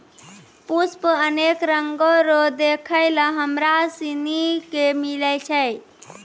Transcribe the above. पुष्प अनेक रंगो रो देखै लै हमरा सनी के मिलै छै